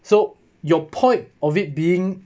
so your point of it being